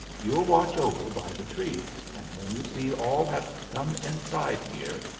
you'll watch over by the trees, and when you see all have come inside here,